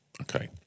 Okay